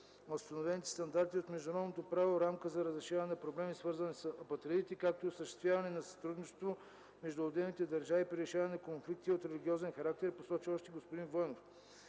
установените стандарти от международното право рамка за разрешаване на проблеми, свързани с апатридите, както и осъществяване сътрудничество между отделните държави при решаването на конфликти от религиозен характер, посочи още господин Войнов.